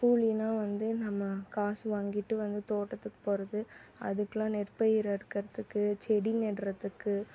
கூலினா வந்து நம்ம காசு வாங்கிட்டு வந்து தோட்டத்துக்கு போகிறது அதுக்கெல்லாம் நெற்பயிர் அறுக்கிறதுக்கு செடி நடுறதுக்கு